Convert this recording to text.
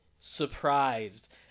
surprised